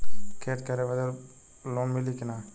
खेती करे बदे लोन मिली कि ना?